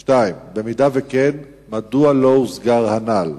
2. אם כן, מדוע לא הוסגר הנ"ל?